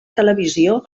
televisió